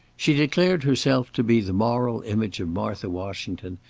she declared herself to be the moral image of martha washington,